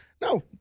No